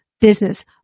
business